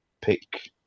pick